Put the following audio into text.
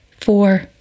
four